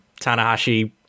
Tanahashi